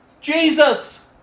Jesus